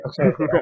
okay